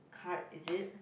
card is it